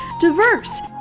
diverse